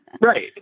Right